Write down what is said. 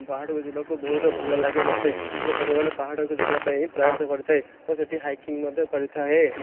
ପାହାଡ଼କୁ ଯିବାପାଇଁ ବହୁତ ଭଲଲାଗେ ମୋତେ ମୁଁ ସବୁବେଳେ ପାହାଡ଼କୁ ଯିବାପାଇଁ ହିଁ ପ୍ରୟାସ କରିଥାଏ ଓ ସେଠି ହାଇକିଙ୍ଗ ମଧ୍ୟ କରିଥାଏ